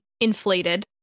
inflated